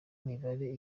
mibare